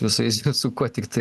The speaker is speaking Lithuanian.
visais su kuo tiktai